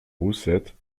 roussettes